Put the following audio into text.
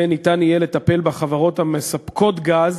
וניתן יהיה לטפל בחברות המספקות גז